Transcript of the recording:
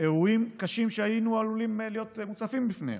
אירועים קשים שהיינו עלולים להיות מוצפים בהם,